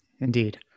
Indeed